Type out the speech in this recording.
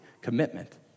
commitment